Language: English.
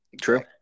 True